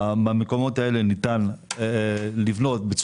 במקומות האלה ניתן לבנות.